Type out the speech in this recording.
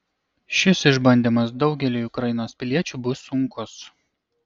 šis išbandymas daugeliui ukrainos piliečių bus sunkus